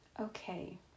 Okay